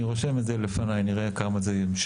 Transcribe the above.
אני רושם את זה לפניי, נראה כמה זה יימשך.